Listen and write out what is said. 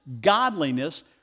godliness